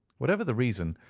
whatever the reason,